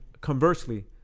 conversely